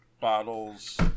bottles